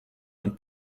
und